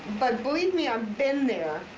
but believe me, i've been there.